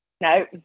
No